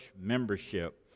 Membership